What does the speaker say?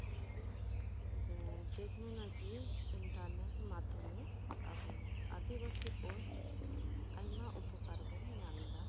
technology internet ᱢᱟᱫᱷᱭᱚᱢᱮ ᱟᱵᱚ ᱟᱹᱫᱤᱵᱟᱹᱥᱤ ᱠᱚ ᱟᱭᱢᱟ ᱩᱯᱚᱠᱟᱨ ᱵᱚ ᱧᱟᱢ ᱮᱫᱟ